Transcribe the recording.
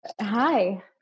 Hi